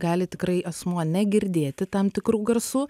gali tikrai asmuo negirdėti tam tikrų garsų